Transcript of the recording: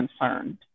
concerned